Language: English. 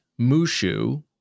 Mushu